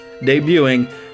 debuting